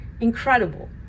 incredible